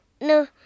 No